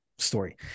story